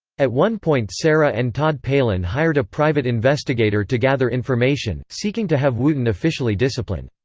at one point sarah and todd palin hired a private investigator to gather information, seeking to have wooten officially disciplined.